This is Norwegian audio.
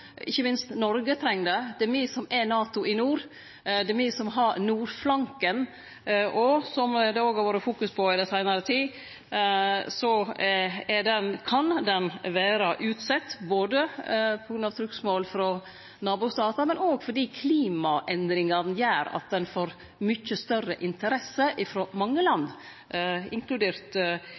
ikkje minst Noreg treng det. Det er me som er NATO i nord, det er me som har nordflanken. Som det òg har vore fokus på i den seinare tida, kan den vere utsett, både på grunn av trugsmål frå nabostatane og fordi klimaendringane gjer at ein får mykje større interesse frå mange land, inkludert